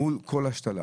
מול כל השתלה.